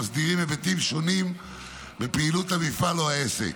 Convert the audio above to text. המסדירים היבטים שונים בפעילות המפעל או העסק,